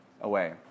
away